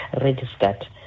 registered